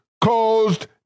caused